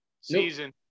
season